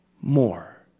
more